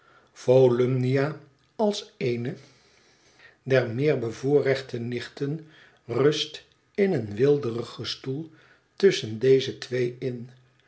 volumnia als eene der meer bevoorrechte nichten rust in een weelderigen stoel tusschen deze twee in